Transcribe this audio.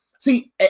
See